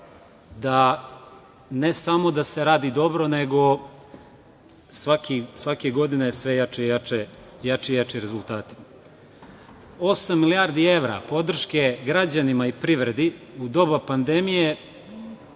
da ne samo da se radi dobro nego svake godine sve su jači i jači rezultati. Osam milijardi evra podrške građanima i privredi u doba pandemije